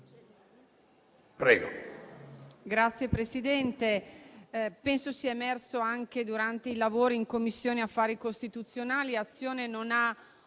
Signor Presidente, penso sia emerso anche durante i lavori in Commissione affari costituzionali che Azione non ha